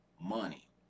money